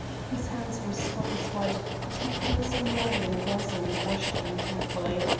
his hands were spotless white, but he poured some water in a basin and washed them carefully,